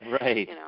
Right